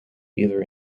either